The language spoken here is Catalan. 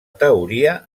teoria